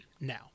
now